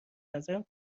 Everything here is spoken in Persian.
نظرم